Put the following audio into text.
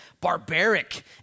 barbaric